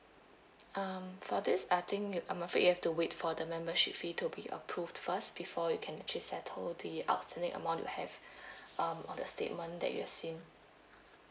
um for this I think you I'm afraid you'll have to wait for the membership fee to be approved first before you can actually settle the outstanding amount you have um on the statement that you've seen